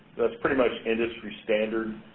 that's pretty much industry standard.